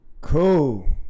cool